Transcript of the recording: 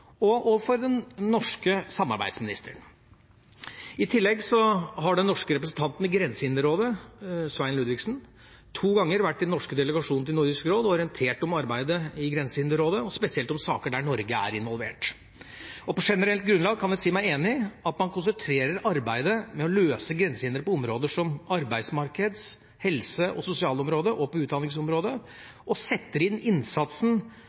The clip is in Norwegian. og Ministerrådet og overfor den norske samarbeidsministeren. I tillegg har den norske representanten i Grensehinderrådet, Svein Ludvigsen, to ganger vært i den norske delegasjonen til Nordisk råd og orientert om arbeidet i Grensehinderrådet, og spesielt om saker der Norge er involvert. På generelt grunnlag kan jeg si meg enig i at man konsentrerer arbeidet med å løse grensehindre på områder som arbeidsmarkedsområdet, helse- og sosialområdet og utdanningsområdet, og setter inn innsatsen